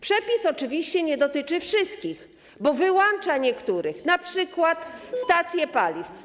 Przepis oczywiście nie dotyczy wszystkich, bo wyłącza niektóre podmioty, np. stacje paliw.